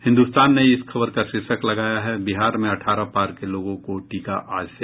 हिन्दुस्तान ने इस खबर का शीर्षक लगाया है बिहार में अठारह पार के लोगों को टीका आज से